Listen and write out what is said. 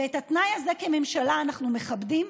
ואת התנאי הזה כממשלה אנחנו מכבדים,